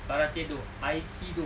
karate-do aikido